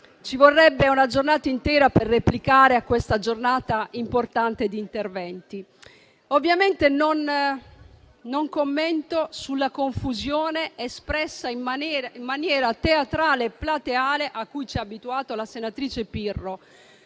ci vorrebbe una giornata per replicare a questa giornata importante di interventi. Ovviamente non commento sulla confusione espressa in maniera teatrale e plateale, a cui ci ha abituato la senatrice Pirro,